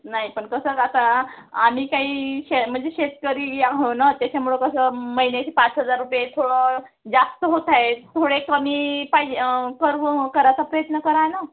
नाही पण कसं आता आम्ही काही शे म्हणजे शेतकरी आहो ना त्याच्यामुळं कसं महिन्याचे पाच हजार रुपये थोडं जास्त होत आहे थोडे कमी पाहिजे करू करायचा प्रयत्न करा ना